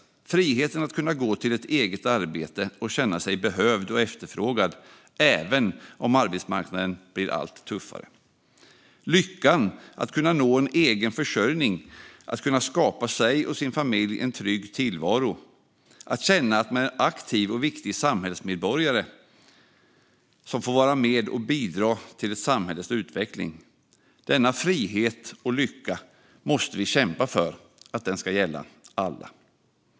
Det handlar om friheten att kunna gå till ett eget arbete och känna sig behövd och efterfrågad även om arbetsmarknaden blir allt tuffare, om lyckan att kunna nå en egen försörjning och skapa sig och sin familj en trygg tillvaro och om att känna att man är en aktiv och viktig samhällsmedborgare som får vara med och bidra till ett samhälles utveckling. Vi måste kämpa för att denna frihet och lycka ska gälla alla.